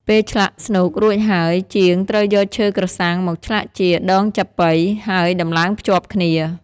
ពេលឆ្លាក់ស្នូករួចហើយ ជាងត្រូវយកឈើក្រសាំងមកឆ្លាក់ជា ដងចាប៉ី ហើយដំឡើងភ្ជាប់គ្នា។